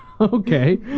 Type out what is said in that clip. Okay